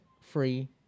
free